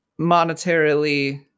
monetarily